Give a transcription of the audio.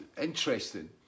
interesting